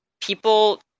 people